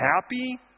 happy